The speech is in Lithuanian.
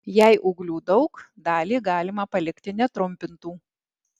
jei ūglių daug dalį galima palikti netrumpintų